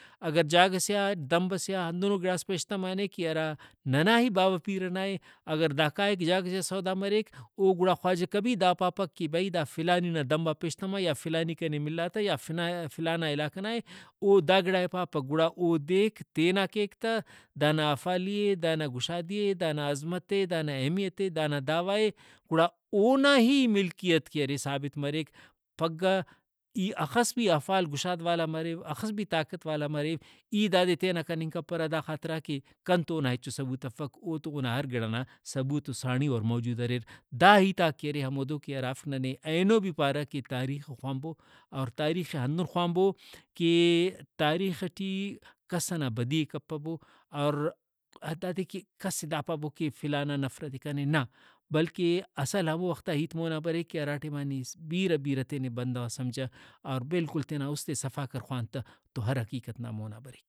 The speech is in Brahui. اگر جاگہ سے آدمب سے آ ہندنو گڑاس پیشتمانے کہ ہرا ننا ہی باوہ پیرہ نائے اگر دا کائک جاگہ سے آ سودا مریک او گڑا خواجہ کبھی دا پاپک کہ بھئی دا فلانی نا دمب آ پیشتما یا فلانی کنے ملا تہ یا فلانہ علاقہ نائے او دا گڑائے پاپک گڑا او دیک تینا کیک تہ دانا افالی ئے دانا گشادگی اے دانا عظمت ئے دانا اہمیت ئے دانا دعویٰ ئے گڑا اونا ہی ملکیت کہ ارے ثابت مریک پھگہ ای ہخس بھی افال گشاد والا مریو ہخس بھی طاقت والا مریو ای دادے تینا کننگ کپرہ دا خاطران کہ کنتو اونا ہچو ثبوت افک اوتو اونا ہر گڑاغان ثبوت ؤ ساڑی اور موجود اریر۔ دا ہیتاک کہ ارے ہمودو کہ ہرافک ننے اینو بھی پارہ کہ تاریخ خوانبو اور تاریخے ہندن خوانبو کہ تاریخ ٹی کس ئنا بدیک کپبو اور ہندادے کہ کس دا پاپ کہ فلانان نفرتے کنے نہ بلکہ اصل ہمو وختا ہیت مونا بریک کہ ہرا ٹائما نی بیرہ بیرہ تینے بندغس سمججھ اور بالکل تینا اُستے صفا کر خوان تہ تو ہر حقیقت نا مونا بریک۔